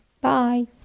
bye